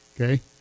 Okay